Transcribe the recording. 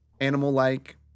Animal-like